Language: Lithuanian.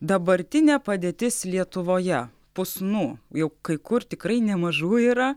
dabartinė padėtis lietuvoje pusnų jau kai kur tikrai nemažų yra